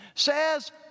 Says